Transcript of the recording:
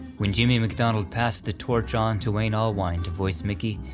when jimmy macdonald passed the torch on to wayne allwine to voice mickey,